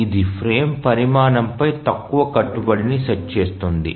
ఇది ఫ్రేమ్ పరిమాణం పై తక్కువ కట్టుబడి ను సెట్ చేస్తుంది